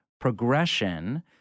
progression